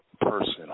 person